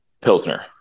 pilsner